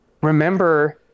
remember